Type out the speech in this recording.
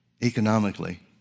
economically